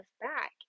back